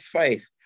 faith